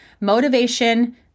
Motivation